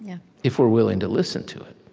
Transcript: yeah if we're willing to listen to it.